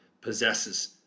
possesses